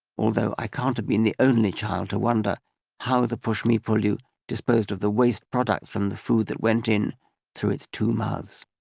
although i can't have been the only child to wonder how the pushmi-pullyu disposed of the waste products from the food that went in through its two mouths.